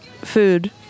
food